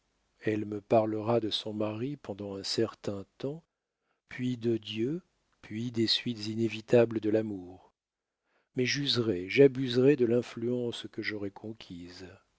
elle me parlera de son mari pendant un certain temps puis de dieu puis des suites inévitables de l'amour mais j'userai j'abuserai de l'influence que j'aurai conquise